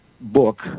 book